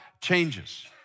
changes